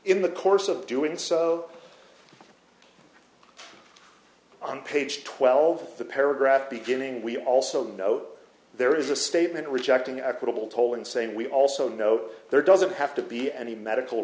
in the course of doing so on page twelve the paragraph beginning we also know there is a statement rejecting equitable tolling saying we also know there doesn't have to be any medical